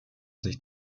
sich